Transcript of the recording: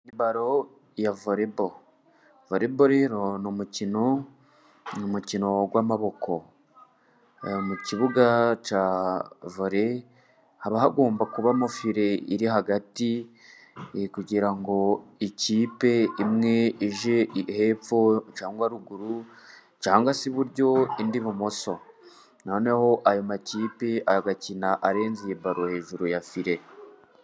Imbaro yavoreboru, voreboru rero n'umukino n'umukino w'amaboko, mu kibuga cya vore haba hagomba kubamo fire iri hagati, kugira ngo ikipe imwe ije hepfo cyangwa ruguru cyangwa se iburyo indi ibumoso, noneho ayo makipe agakina arenza iyi mbaro hejuru ya fire.